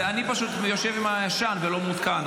אני פשוט יושב עם הישן ולא מעודכן,